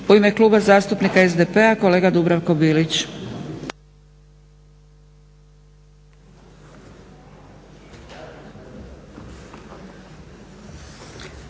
U ime Kluba zastupnika SDP-a kolega Dubravko Bilić.